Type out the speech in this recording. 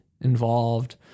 involved